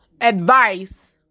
advice